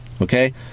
Okay